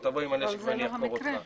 אבל זה לא המקרה.